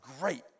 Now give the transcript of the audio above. great